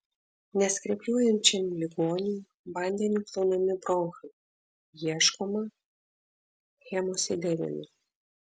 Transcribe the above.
neskrepliuojančiam ligoniui vandeniu plaunami bronchai ieškoma hemosiderino